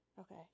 Okay